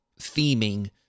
theming